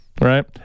right